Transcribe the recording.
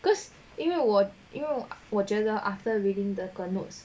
cause 因为我因为我觉得 after reading the notes